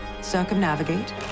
circumnavigate